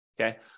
okay